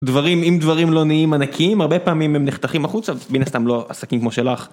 דברים אם דברים לא נהיים ענקיים הרבה פעמים הם נחתכים החוצה מן הסתם לא עסקים כמו שלך.